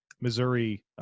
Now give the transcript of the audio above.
Missouri